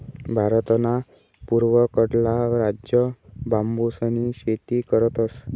भारतना पूर्वकडला राज्य बांबूसनी शेती करतस